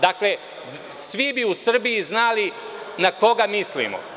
Dakle, svi bi u Srbiji znali na koga mislimo.